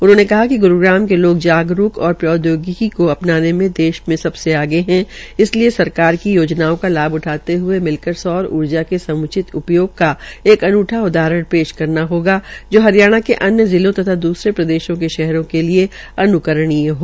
उन्होंने कहा कि ग्रुग्राम के लोग जागरूक और प्रौदयोगिकी को अपनाने में प्रदेश में सबसे आगे हैं इसलिए सरकार की योजनाओं का लाभ उठाते हए मिलकर सौर ऊर्जा के समुचित उपयोग का एक अनूठा उदाहरण पेश करना होगा जो हरियाणा के अन्य जिलों तथा दूसरे प्रदेशों के शहरों के लिए अन्करणीय हो